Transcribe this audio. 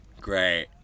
great